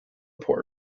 poor